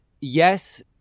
yes